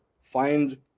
find